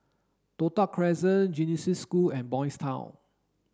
Toh Tuck Crescent Genesis School and Boys' Town